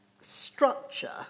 structure